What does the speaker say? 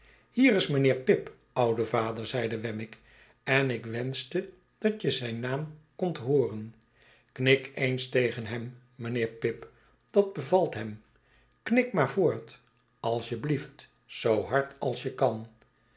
hier is mijnheer pip oude vader zeide wemmick en ik wenschte dat je zijn naam kondt hooren knik eens tegen hem mijnheer pip dat bevalt hem knik maar voort als je blieft zoo hard als je kan